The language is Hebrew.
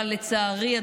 אבל לצערי,